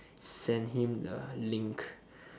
send him the link